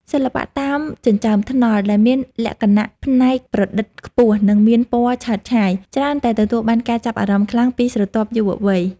សិល្បៈតាមចិញ្ចើមថ្នល់ ដែលមានលក្ខណៈច្នៃប្រឌិតខ្ពស់ និងមានពណ៌ឆើតឆាយ ច្រើនតែទទួលបានការចាប់អារម្មណ៍ខ្លាំងពីស្រទាប់យុវវ័យ។